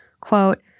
quote